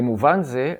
במובן זה,